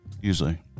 Usually